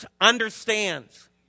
understands